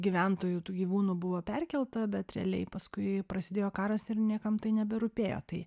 gyventojų tų gyvūnų buvo perkelta bet realiai paskui prasidėjo karas ir niekam tai neberūpėjo tai